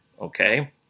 okay